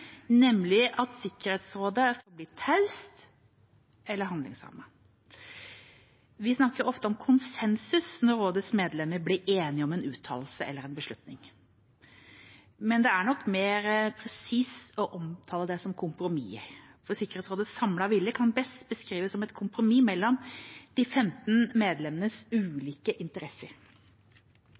nemlig at Sikkerhetsrådet forblir taust eller handlingslammet. Vi snakker ofte om konsensus når rådets medlemmer blir enige om en uttalelse eller beslutning, men det er nok mer presist å omtale dette som kompromisser. Sikkerhetsrådets samlede vilje kan best beskrives som et kompromiss mellom de femten medlemmenes ulike interesser.